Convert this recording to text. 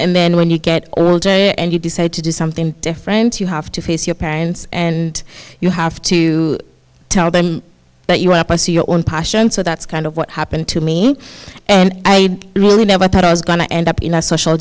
and then when you get there and you decide to do something different you have to face your parents and you have to tell them that you're up a see your own passion so that's kind of what happened to me and i really never thought i was going to end up in a social